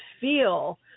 feel